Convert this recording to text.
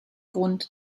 grund